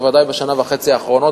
בוודאי בשנה וחצי האחרונה,